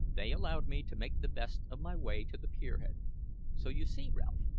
they allowed me to make the best of my way to the pier-head so you see, ralph,